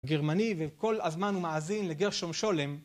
גרמני, וכל הזמן הוא מאזין לגרשום שולם